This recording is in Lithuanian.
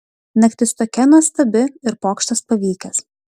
naktis tokia nuostabi ir pokštas pavykęs